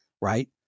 right